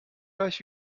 gleich